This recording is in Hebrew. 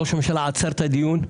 ראש הממשלה עצר את הדיון,